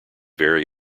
very